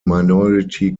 minority